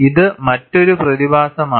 ഇത് മറ്റൊരു പ്രതിഭാസമാണ്